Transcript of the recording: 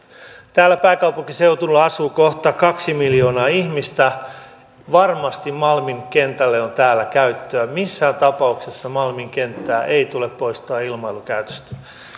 täällä pääkaupunkiseudulla asuu kohta kaksi miljoonaa ihmistä varmasti malmin kentälle on täällä käyttöä missään tapauksessa malmin kenttää ei tule poistaa ilmailukäytöstä